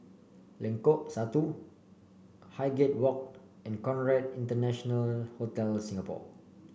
Lengkok Satu Highgate Walk and Conrad International Hotel Singapore